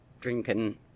drinking